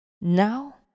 Now